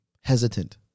hesitant